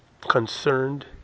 concerned